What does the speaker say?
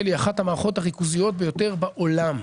היא אחת המערכות הריכוזיות ביותר בעולם.